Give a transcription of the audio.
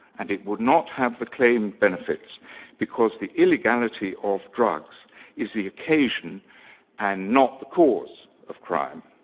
and it would not have the claimed benefits because the illegality of drugs is the occasion and not the cause of crime.